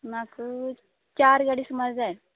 म्हाक चार गाडी सुमार जाय